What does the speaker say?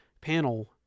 panel